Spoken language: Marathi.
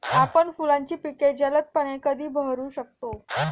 आपण फुलांची पिके जलदपणे कधी बहरू शकतो?